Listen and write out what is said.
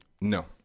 No